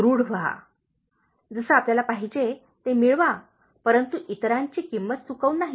दृढ व्हा जसे आपल्याला पाहिजे ते मिळवा परंतु इतरांची किंमत चुकवून नाही